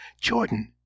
Jordan